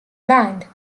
band